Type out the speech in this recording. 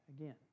again